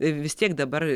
vis tiek dabar